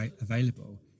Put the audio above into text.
available